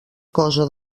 cosa